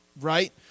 Right